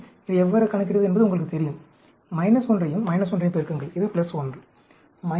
இதை எவ்வாறு கணக்கிடுவது என்பது உங்களுக்குத் தெரியும் 1 யையும் 1யையும் பெருக்குங்கள் இது 1